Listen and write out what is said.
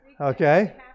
Okay